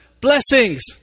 Blessings